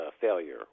failure